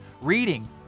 Reading